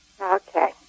Okay